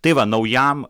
tai va naujam